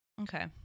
Okay